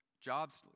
Jobs